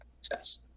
success